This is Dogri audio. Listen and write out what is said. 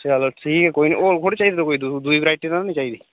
चलो ठीक होर थोह्ड़े ना चाहिदा तुसें कोई दूई वैरायटी नेईं नां चाहिदी